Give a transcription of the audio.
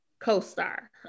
co-star